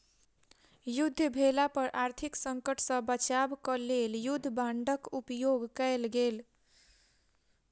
युद्ध भेला पर आर्थिक संकट सॅ बचाब क लेल युद्ध बांडक उपयोग कयल गेल